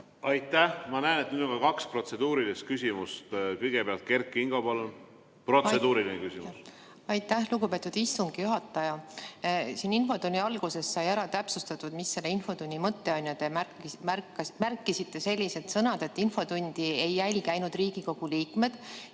Aitäh! Ma näen, et nüüd on kaks protseduurilist küsimust. Kõigepealt Kert Kingo, palun, protseduuriline küsimus! Aitäh, lugupeetud istungi juhataja! Siin infotunni alguses sai ära täpsustatud, mis selle infotunni mõte on, ja te ütlesite sellised sõnad, et infotundi ei jälgi ainult Riigikogu liikmed,